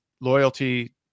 loyalty